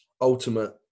Ultimate